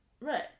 Right